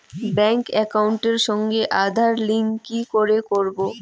Bank একাউন্টের সঙ্গে Aadhaar link কি করে করবো?